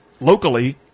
locally